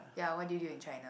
ya what did you do in China